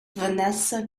vanessa